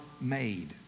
made